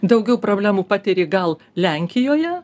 daugiau problemų patiri gal lenkijoje